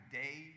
day